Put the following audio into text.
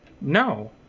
No